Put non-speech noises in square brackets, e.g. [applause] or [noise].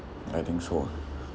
I think so [breath]